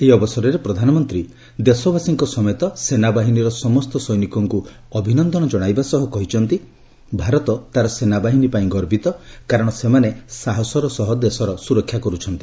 ଏହି ଅବସରରେ ପ୍ରଧାନମନ୍ତ୍ରୀ ଦେଶବାସୀଙ୍କ ସମେତ ସେନାବାହିନୀର ସମସ୍ତ ସୈନିକଙ୍କୁ ଅଭିନନ୍ଦନ ଜଣାଇବା ସହ କହିଛନ୍ତି ଯେ ଭାରତ ତାର ସେନାବାହିନୀ ପାଇଁ ଗର୍ବିତ କାରଣ ସେମାନେ ସାହସର ସହ ଦେଶର ସ୍ତରକ୍ଷା କରୁଛନ୍ତି